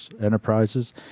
Enterprises